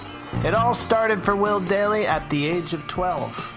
it all started for will dailey at the age of twelve,